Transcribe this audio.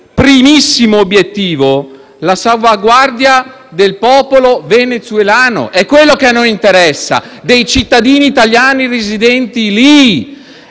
primissimo obiettivo la salvaguardia del popolo venezuelano: è quello che a noi interessa. Ci interessa dei cittadini italiani residenti lì.